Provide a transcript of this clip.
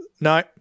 No